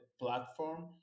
platform